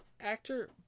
actor